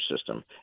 system